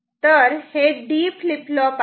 तर हे D flip flop आहे